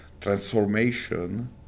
transformation